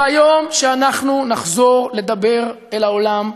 ביום שאנחנו נחזור לדבר אל העולם,